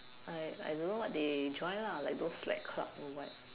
I I don't know what they join lah like those slack club or what